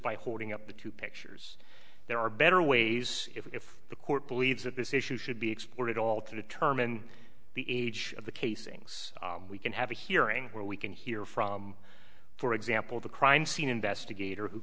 by holding up the two pictures there are better ways if the court believes that this issue should be explored at all to determine the age of the casings we can have a hearing where we can hear from for example the crime scene investigator who